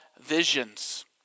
visions